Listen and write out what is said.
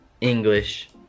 English